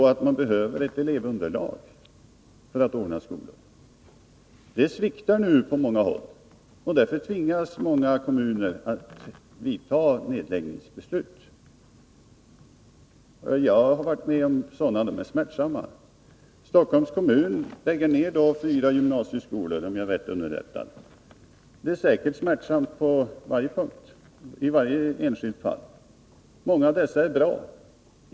Man behöver ett elevunderlag. Det sviktar nu på många håll. Därför tvingas många kommuner att ta nedläggningsbeslut. Jag har varit med om sådana. De är smärtsamma. Stockholms kommun lägger ned fyra gymnasieskolor, om jag är rätt underrättad. Det är säkert smärtsamt i varje enskilt fall. Många skolor är bra.